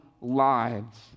lives